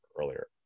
earlier